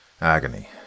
agony